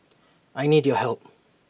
I need your help